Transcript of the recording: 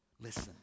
listen